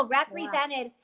represented